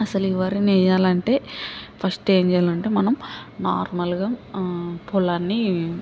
అసలు ఈ వరిని వెయ్యాలంటే ఫస్ట్ ఏం చెయ్యాలంటే మనం నార్మల్గా ఆ పొలాన్ని